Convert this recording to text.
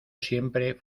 siempre